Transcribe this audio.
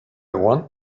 want